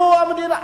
בעזה.